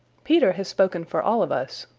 peter has spoken for all of us,